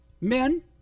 Men